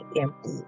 empty